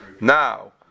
Now